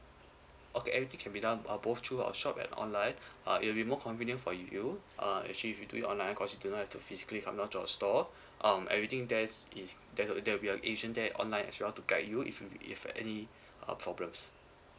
okay everything can be done uh both through our shop and online uh it will be more convenient for you uh actually we do it online because you do not have to physically come down to our store um everything there's if there'll there will be an asian there online as well to guide you if you if any uh problems